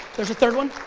there's a third one,